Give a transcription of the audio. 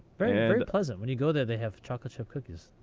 very pleasant. when you go there they have chocolate chip cookies.